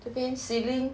这边 ceiling